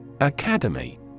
Academy